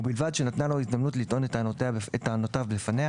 ובלבד שנתנה לו הזדמנות לטעון את טענותיו לפניה